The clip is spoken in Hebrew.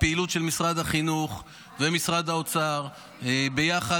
הפעילות של משרד החינוך ומשרד האוצר ביחד